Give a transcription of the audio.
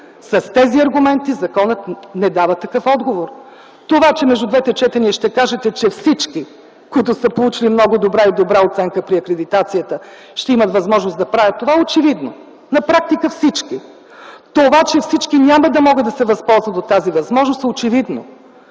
с тези аргументи законът не дава такъв отговор. Това, че между двете четения ще кажете, че всички, които са получили много добра и добра оценка при акредитацията, ще имат възможност да правят това, то е очевидно. На практика всички. Това, че всички няма да могат да се възползват от тази възможност, е очевидно.